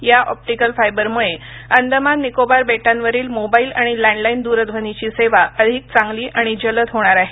या ऑप्टिकल फायबरमुळे अंदमान निकोबार बेटांवरील मोबाईल आणि लँडलाईन दूरध्वनीची सेवा अधिक चांगली आणि जलद होणार आहे